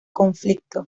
conflicto